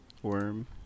worm